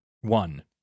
one